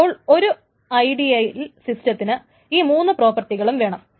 അപ്പോൾ ഒരു ഐഡിയൽ സിസ്റ്റത്തിന് ഈ മൂന്ന് പ്രോപ്പർട്ടികളും വേണം